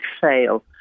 fail